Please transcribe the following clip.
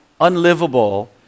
unlivable